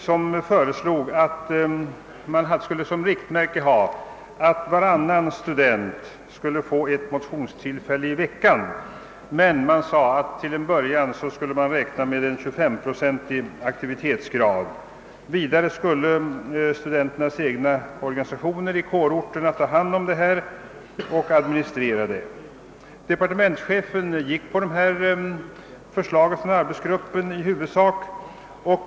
Gruppen föreslog att man som riktmärke skall ha att varannan student blir i tillfälle att motionera en gång i veckan, men det sades att till en början bör man endast räkna med en 25 procentig aktivitetsgrad. Meningen var att studenternas egna organisationer på kårorterna skulle ta hand om och administrera verksamheten. Departementschefen anslöt sig i huvudsak till detta arbetsgruppens förslag.